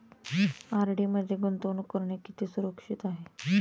RD मध्ये गुंतवणूक करणे किती सुरक्षित आहे?